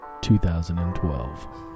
2012